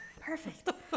perfect